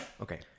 okay